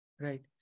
Right